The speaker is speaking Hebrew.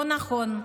לא נכון,